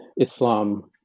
Islam